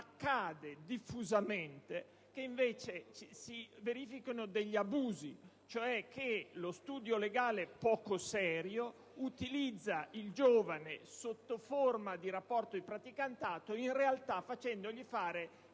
accade diffusamente che invece si verifichino degli abusi; per esempio, che lo studio legale poco serio utilizzi il giovane, sotto la forma di un rapporto di praticantato, in realtà facendogli fare